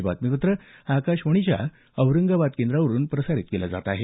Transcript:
हे बातमीपत्र आकाशवाणीच्या औरंगाबाद केंद्रावरून प्रसारित केलं जात आहे